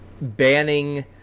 banning